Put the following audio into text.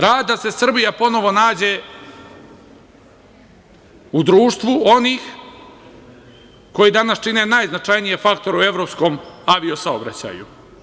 Rad da se Srbija ponovo nađe u društvu onih koji danas čine najznačajnije faktore u evropskom avio saobraćaju.